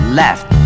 left